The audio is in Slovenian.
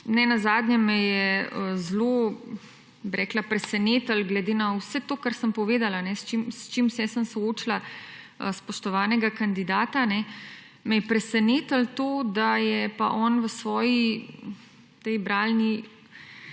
Nenazadnje meje zelo presenetilo glede na vse to kar sem povedala, s čim vse sem soočila spoštovanega kandidata, me je presenetilo to, da je pa on v svoji tej bralni